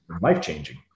life-changing